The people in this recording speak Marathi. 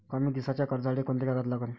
कमी दिसाच्या कर्जासाठी कोंते कागद लागन?